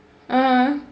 (uh huh)